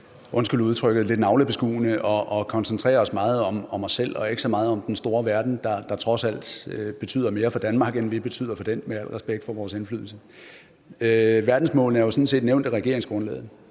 undskyld udtrykket, navlebeskuende og koncentrere os meget om os selv og ikke så meget om den store verden, der trods alt betyder mere for Danmark, end vi betyder for den – med al respekt for vores indflydelse. Verdensmålene er sådan set nævnt i regeringsgrundlaget,